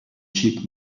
chip